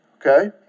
Okay